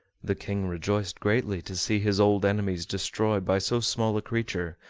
the king rejoiced greatly to see his old enemies destroyed by so small a creature,